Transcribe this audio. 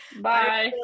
Bye